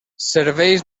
serveis